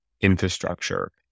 infrastructure